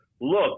look